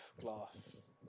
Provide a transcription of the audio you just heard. Glass